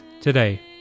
today